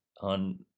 on